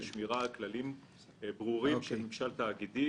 שמירה על כללים ברורים של ממשל תאגידי,